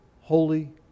holy